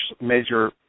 major